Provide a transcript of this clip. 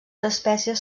espècies